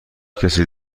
کسی